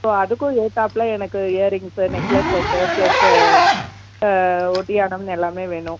so அதுக்கும் ஏற்றாப்புல எனக்கு இயரிங்ஸு நெக்லஸ் செட்டு ப்ளஸு ஒட்டியாணம் எல்லாமே வேணும்